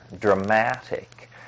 dramatic